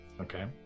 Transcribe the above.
Okay